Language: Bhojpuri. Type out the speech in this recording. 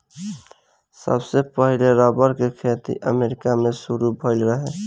सबसे पहिले रबड़ के खेती अमेरिका से शुरू भईल रहे